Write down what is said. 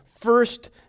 First